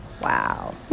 Wow